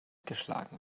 geschlagen